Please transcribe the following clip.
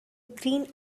green